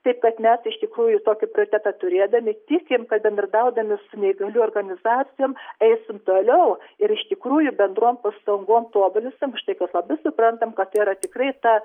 taip kad net iš tikrųjų tokį prioritetą turėdami tikim kad bendradaudami su neįgaliųjų organizacijom eisim toliau ir iš tikrųjų bendrom pastangom tobulinsim už tai kad labai suprantam kad tai yra tikrai ta